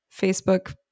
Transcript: Facebook